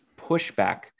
pushback